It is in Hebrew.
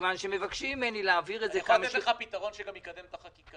מכיוון שמבקשים ממני להעביר את זה.